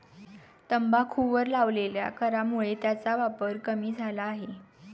तंबाखूवर लावलेल्या करामुळे त्याचा वापर कमी झाला आहे